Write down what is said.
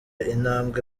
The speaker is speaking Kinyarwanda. intambwe